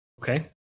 Okay